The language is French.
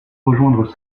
rejoindre